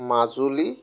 Majuli